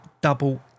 Double